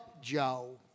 Joe